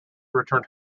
returned